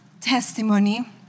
testimony